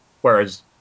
Whereas